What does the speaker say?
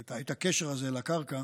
את הקשר הזה לקרקע,